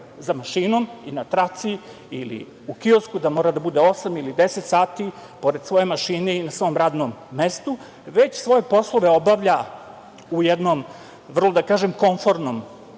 za mašinom, na traci, ili u kiosku, da mora da bude osam ili deset sati pored svoje mašine i na svom radnom mestu, već svoje poslove obavlja u jednom vrlo komfornom